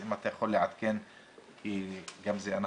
אם אתה יכול לעדכן לגבי זה,